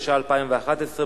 התשע"א 2011,